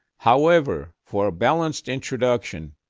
however, for a balanced introduction,